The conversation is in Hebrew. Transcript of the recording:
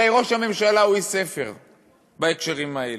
הרי ראש הממשלה הוא איש ספר בהקשרים האלה.